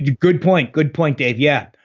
good point, good point dave, yeah.